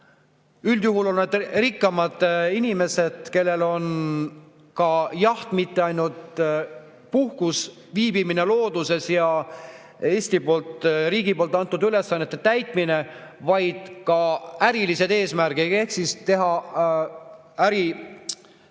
Üldjuhul on need rikkamad inimesed, kelle jaoks on jaht mitte ainult puhkus, viibimine looduses ja Eesti riigi antud ülesannete täitmine, vaid [kellel on] ka ärilised eesmärgid ehk siis teha äri,